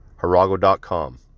harago.com